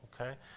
Okay